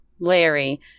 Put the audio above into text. Larry